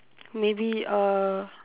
maybe uh